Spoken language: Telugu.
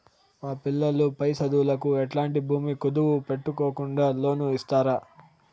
మా పిల్లలు పై చదువులకు ఎట్లాంటి భూమి కుదువు పెట్టుకోకుండా లోను ఇస్తారా